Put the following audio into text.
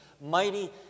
mighty